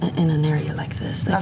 in an area like this.